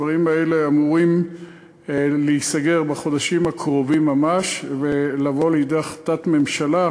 הדברים האלה אמורים להיסגר בחודשים הקרובים ממש ולבוא לידי החלטת ממשלה,